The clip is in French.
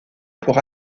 pour